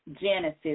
Genesis